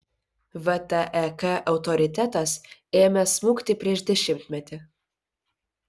vtek autoritetas ėmė smukti prieš dešimtmetį